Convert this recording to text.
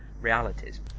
realities